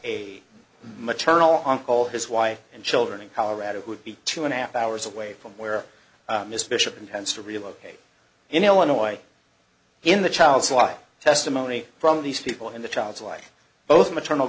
a maternal uncle his wife and children in colorado would be two and a half hours away from where miss bishop intends to relocate in illinois in the child's life testimony from these people in the child's life both maternal